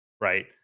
right